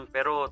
Pero